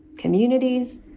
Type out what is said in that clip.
communities.